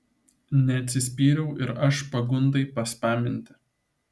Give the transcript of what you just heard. neatsispyriau ir aš pagundai paspaminti